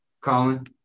Colin